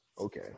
Okay